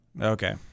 Okay